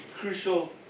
crucial